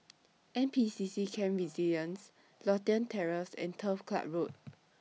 N P C C Camp Resilience Lothian Terrace and Turf Club Road